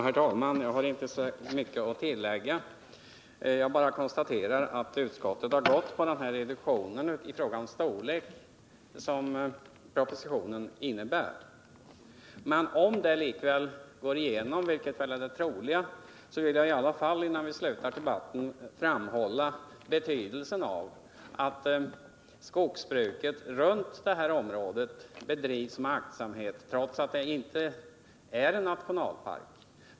Herr talman! Jag har inte särskilt mycket att tillägga. Jag bara konstaterar att utskottet har trott på den version i fråga om storlek på nationalparken som propositionen innebär. Om förslaget likväl går igenom, vilket väl är det troliga, vill jag i alla fall innan debatten är slut framhålla betydelsen av att skogsbruket runt det aktuella området bedrivs med aktsamhet trots att det där inte är fråga om någon nationalpark.